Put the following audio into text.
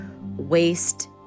waste